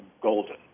golden